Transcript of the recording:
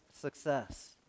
success